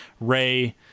Ray